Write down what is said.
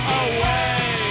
away